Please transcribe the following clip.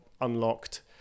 unlocked